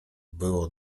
było